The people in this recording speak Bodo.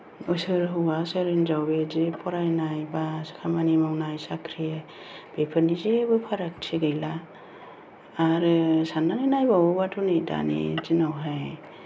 सोर हौवा सोर हिनजाव बेबादि फरायनाय एबा खामानि मावनाय साख्रि बेफोरनि जेबो फारागथि गैला आरो साननानै नायबावोब्लाथ' नै दानि दिनावहाय